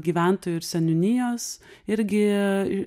gyventojų ir seniūnijos irgi